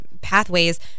pathways